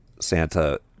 santa